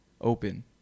open